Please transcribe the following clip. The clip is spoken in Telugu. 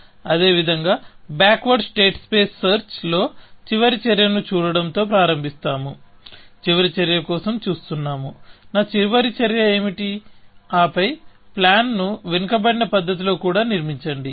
అదేవిధంగా బ్యాక్వర్డ్ స్టేట్ స్పేస్ సెర్చ్లో చివరి చర్యను చూడటం తో ప్రారంభిస్తాము చివరి చర్య కోసం చూస్తున్నాము నా చివరి చర్య ఏమిటి ఆపై ప్లాన్ ను వెనుకబడిన పద్ధతిలో కూడా నిర్మించండి